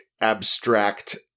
abstract